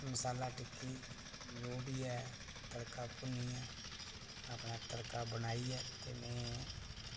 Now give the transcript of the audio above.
ते मसाला टिक्की जो बी ऐ तड़का भुन्नियै ते अपना तड़का बनाइयै ते में